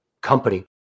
company